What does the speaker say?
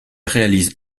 réalise